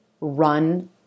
run